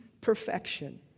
perfection